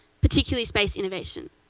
particularly space innovation.